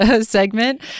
segment